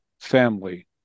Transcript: family